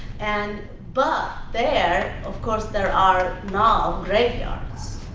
and but there, of course, there are now graveyards.